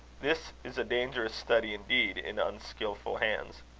this is a dangerous study indeed in unskilful hands.